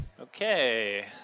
Okay